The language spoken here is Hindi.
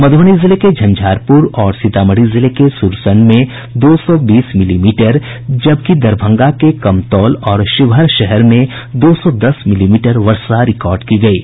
मधुबनी जिले के झंझारपुर और सीतामढ़ी जिले के सुरसंड में दो सौ बीस मिलीमीटर जबकि दरभंगा के कमतौल और शिवहर शहर में दो सौ दस मिलीमीटर वर्षा रिकार्ड की गयी है